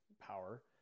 power